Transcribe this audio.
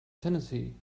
tennessee